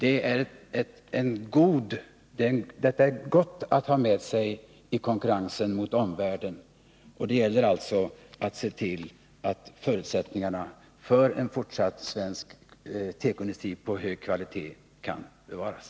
län Detta är gott att ha med sig i konkurrensen med omvärlden. Det gäller alltså att se till, att förutsättningarna för en fortsatt svensk tekoindustri med hög kvalitet kan bevaras.